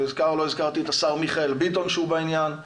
לא הזכרתי את השר מיכאל ביטון שהוא בעניין,